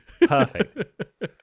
Perfect